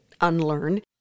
unlearn